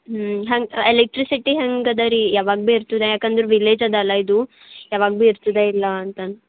ಹ್ಞೂಂ ಹಂಗೆ ಎಲೆಕ್ಟ್ರಿಸಿಟಿ ಹೆಂಗೆ ಅದ ರೀ ಯಾವಾಗ ಭೀ ಇರ್ತದ ಯಾಕಂದ್ರೆ ವಿಲೇಜ್ ಅದ ಅಲ್ಲ ಇದು ಯಾವಾಗ ಭೀ ಇರ್ತದೆ ಇಲ್ಲ ಅಂತಂದು